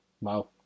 wow